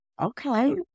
Okay